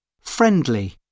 Friendly